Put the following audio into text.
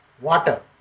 water